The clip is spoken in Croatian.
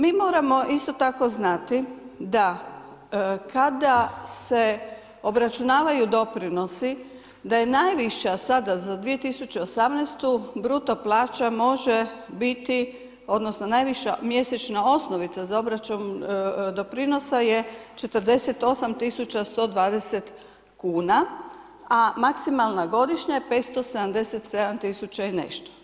Mi moramo isto tako znati da kada se obračunavaju doprinosi da je najviša sada za 2018. bruto plaća može biti, odnosno najviša mjesečna osnovica za obračun doprinosa je 48 120 kuna, a maksimalna godišnja je 577 000 i nešto.